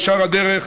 ישר הדרך,